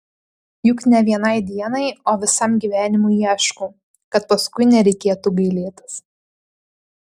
juk ne vienai dienai o visam gyvenimui ieškau kad paskui nereikėtų gailėtis